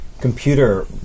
Computer